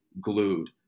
glued